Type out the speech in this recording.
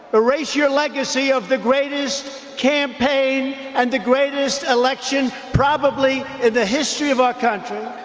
erase your legacy of the greatest campaign and the greatest election probably in the history of our country